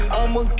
I'ma